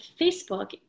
Facebook